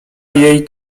jej